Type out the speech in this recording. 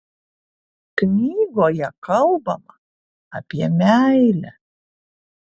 knygoje kalbama apie meilę